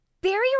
barrier